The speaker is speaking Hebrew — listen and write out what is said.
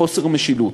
חוסר משילות.